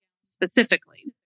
specifically